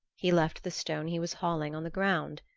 he left the stone he was hauling on the ground.